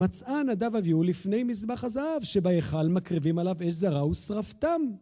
מצען הדב הביאו לפני מזבח הזאב, שבה יחל מקריבים עליו איזה רעוס רבתם.